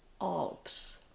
Alps